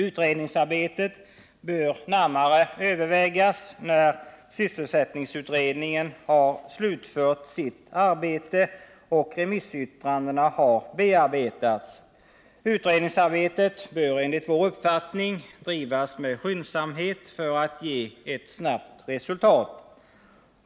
Utredningsarbetet bör närmare övervägas när sysselsättningsutredningen har slutfört sitt arbete och remissyttrandena har bearbetats. Utredningsarbetet bör enligt vår uppfattning bedrivas med skyndsamhet för att ge ett snabbt resultat.